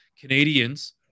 Canadians